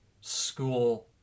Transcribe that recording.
school